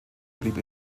blieb